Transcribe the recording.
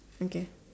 okay